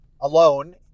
alone